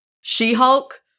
She-Hulk